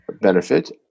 benefit